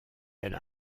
elle